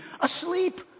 asleep